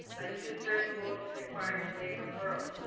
a two-thirds vote is required to waive referral.